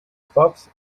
fox